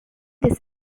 this